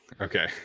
Okay